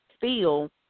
feel